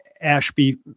ashby